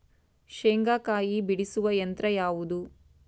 ಶೇಂಗಾಕಾಯಿ ಬಿಡಿಸುವ ಯಂತ್ರ ಯಾವುದು?